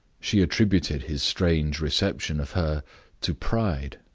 she attributed his strange reception of her to pride,